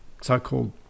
so-called